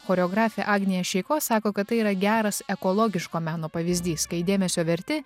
choreografė agnija šeiko sako kad tai yra geras ekologiško meno pavyzdys kai dėmesio verti